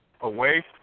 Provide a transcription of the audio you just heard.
away